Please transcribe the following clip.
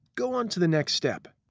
go on to the next step.